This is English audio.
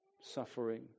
suffering